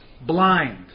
blind